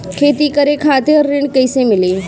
खेती करे खातिर ऋण कइसे मिली?